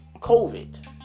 COVID